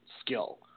skill